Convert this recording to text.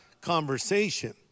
conversation